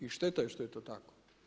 I šteta je što je to tako.